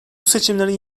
seçimlerin